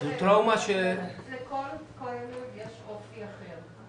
זו טראומה ש- -- תראה, לכל כלב יש אופי אחר.